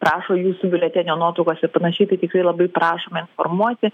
prašo jūsų biuletenio nuotraukos ir panašiai tai tikrai labai prašome informuoti